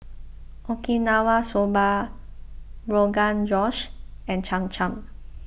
Okinawa Soba Rogan Josh and Cham Cham